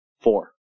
four